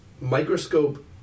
Microscope